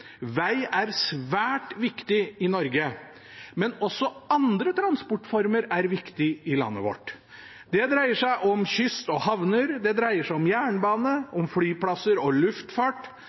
Veg er svært viktig i Norge. Men også andre transportformer er viktige i landet vårt. Det dreier seg om kyst og havner, det dreier seg om jernbane, om flyplasser og luftfart,